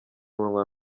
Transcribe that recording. munwa